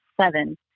seven